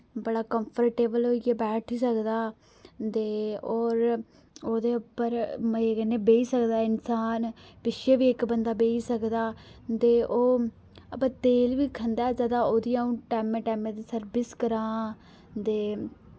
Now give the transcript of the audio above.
बड़ा कम्फर्टेबल होइयै बैठी सकदा ते और ओह्दे उप्पर मजे कन्नै बेही सकदा इंसान पिच्छै बी इक बंदा बेही सकदा ते ओह् वा तेल बी खंदा ऐ ज्यादा ओह्दी अऊं टैमे टैमे दी सर्बिस ते